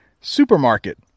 supermarket